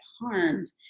harmed